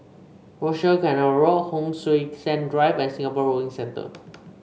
Rochor Canal Road Hon Sui Sen Drive and Singapore Rowing Centre